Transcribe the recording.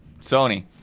Sony